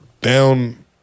down